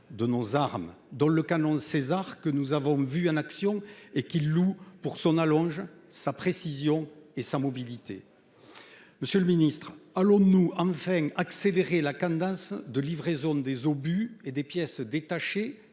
de nos armes, dont le canon Caesar que nous avons vu en action et qu'ils louent pour son allonge, sa précision et sa mobilité. Allons-nous enfin accélérer la cadence de livraison des obus et des pièces détachées,